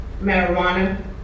Marijuana